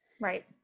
Right